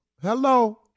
hello